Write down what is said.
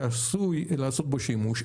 שעשוי לעשות בו שימוש.